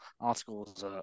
articles